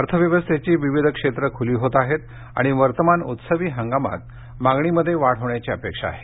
अर्थव्यवस्थेची विविध क्षेत्र खूली होत आहेत आणि वर्तमान उत्सवी हगामात मागणीमध्ये वाढ होण्याची अपेक्षा आहे